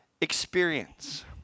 experience